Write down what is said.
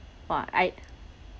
!wah! I